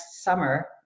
summer